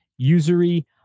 Usury